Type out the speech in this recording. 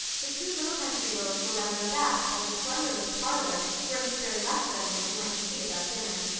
the two little country girls were rather abashed by the splendor of the parlor where miss barry left them when she went to see about dinner.